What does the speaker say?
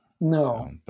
No